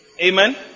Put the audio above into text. Amen